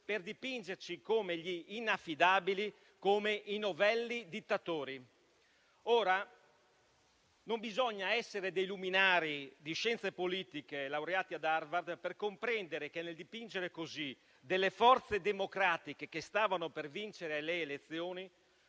per dipingerci come inaffidabili e novelli dittatori. Ora, non bisogna essere luminari di scienze politiche laureati ad Harvard per comprendere che a dipingere in questo modo le forze democratiche che stavano per vincere le elezioni